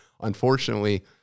unfortunately—